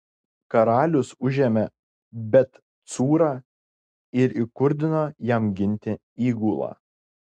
karalius užėmė bet cūrą ir įkurdino jam ginti įgulą